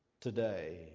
today